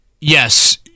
yes